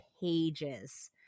pages